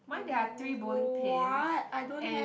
what I don't have